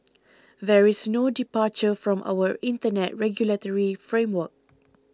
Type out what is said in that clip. there is no departure from our Internet regulatory framework